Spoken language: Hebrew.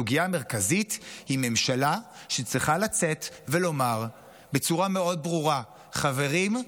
הסוגיה המרכזית היא ממשלה שצריכה לצאת ולומר בצורה מאוד ברורה: חברים,